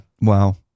Wow